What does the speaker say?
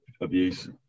abuse